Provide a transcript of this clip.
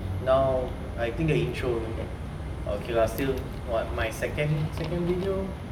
now I think intro okay lah still what my second second video